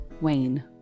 Wayne